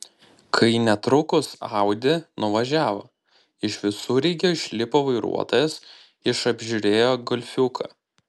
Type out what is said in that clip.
kai netrukus audi nuvažiavo iš visureigio išlipo vairuotojas iš apžiūrėjo golfiuką